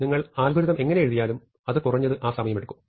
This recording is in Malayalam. നിങ്ങൾ അൽഗോരിതം എങ്ങനെ എഴുതിയാലും അത് കുറഞ്ഞത് ആ സമയമെടുക്കും